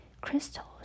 crystals